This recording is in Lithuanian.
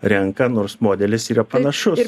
renka nors modelis yra panašus